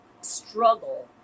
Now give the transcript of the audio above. struggle